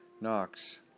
Knox